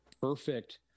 perfect